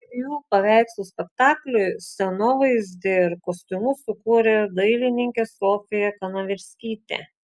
trijų paveikslų spektakliui scenovaizdį ir kostiumus sukūrė dailininkė sofija kanaverskytė